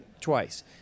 twice